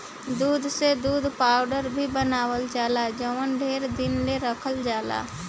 दूध से दूध पाउडर भी बनावल जाला जवन ढेरे दिन ले रखल जाला